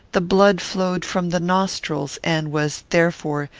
the blood flowed from the nostrils, and was, therefore,